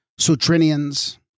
Sutrinians